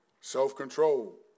self-control